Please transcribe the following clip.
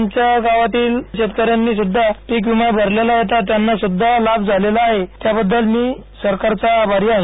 आमच्या गावातील शेतक यांनी सुध्दा पीक विमा भरला होता त्यांना सुध्दा लाभ झालेला आहे त्यामुळे मी सरकारचा आभारी आहे